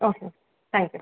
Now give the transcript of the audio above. okay thank you ma'am